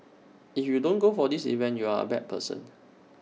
if you don't go for this event you're A bad person